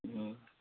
ହୁଁ